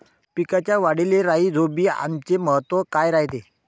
पिकाच्या वाढीले राईझोबीआमचे महत्व काय रायते?